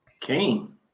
King